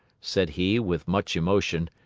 said he, with much emotion,